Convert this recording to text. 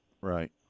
right